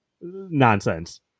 nonsense